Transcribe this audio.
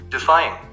Defying